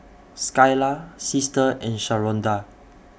Skylar Sister and Sharonda